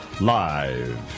Live